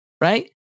right